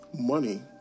money